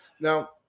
Now